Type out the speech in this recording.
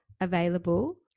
available